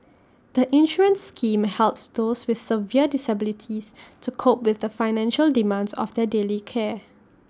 the insurance scheme helps those with severe disabilities to cope with the financial demands of their daily care